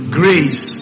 grace